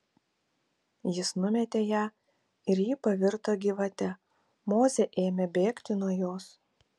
jis numetė ją ir ji pavirto gyvate mozė ėmė bėgti nuo jos